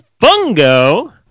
Fungo